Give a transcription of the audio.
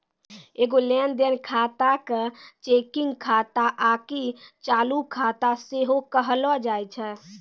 एगो लेन देन खाता के चेकिंग खाता आकि चालू खाता सेहो कहलो जाय छै